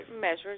measures